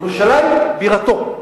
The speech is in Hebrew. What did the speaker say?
ירושלים בירתו.